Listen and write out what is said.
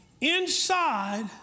inside